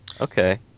Okay